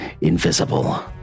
invisible